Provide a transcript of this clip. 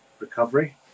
recovery